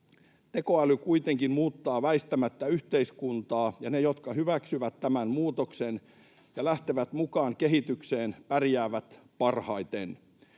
Tekoäly kuitenkin muuttaa väistämättä yhteiskuntaa, ja ne, jotka hyväksyvät tämän muutoksen ja lähtevät mukaan kehitykseen, pärjäävät parhaiten.